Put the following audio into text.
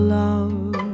love